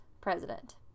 president